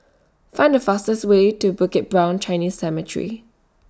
Find The fastest Way to Bukit Brown Chinese Cemetery